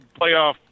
playoff